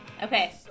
Okay